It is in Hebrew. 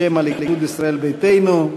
בשם הליכוד, ישראל ביתנו,